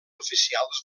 oficials